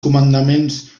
comandaments